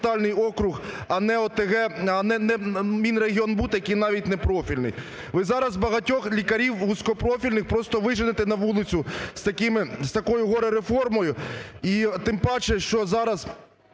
Ви зараз багатьох лікарів вузькопрофільних просто виженете на вулицю з такою горе-реформою,